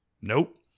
Nope